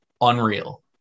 unreal